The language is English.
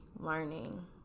learning